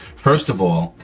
first of all,